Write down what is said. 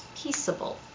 peaceable